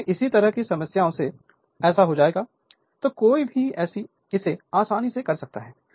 क्योंकि इसी तरह की समस्याओं से ऐसा हो जाएगा तो कोई भी इसे आसानी से कर सकता है